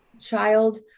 child